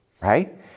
Right